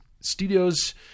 studios